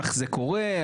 זה קורה,